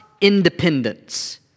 independence